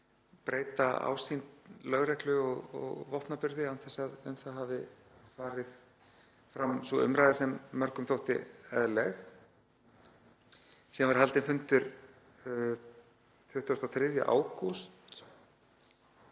breyta ásýnd lögreglu og vopnaburði án þess að um það hafi farið fram sú umræða sem mörgum þótti eðlileg. Síðan var haldinn fundur 23. ágúst,